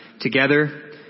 together